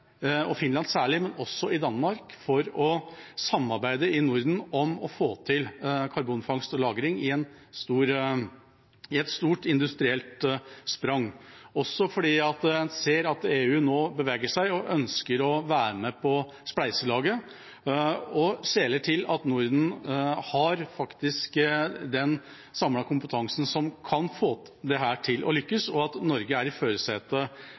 og Finland, men også i Danmark, for å samarbeide i Norden om å få til karbonfangst og -lagring i et stort industrielt sprang. Det er også fordi en ser at EU nå beveger seg og ønsker å være med på spleiselaget, og skjeler til at Norden faktisk har den samlede kompetansen som kan få dette til å lykkes, og at Norge er i førersetet